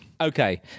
Okay